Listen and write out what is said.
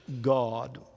God